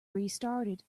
restarted